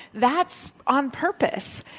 that's on purpose,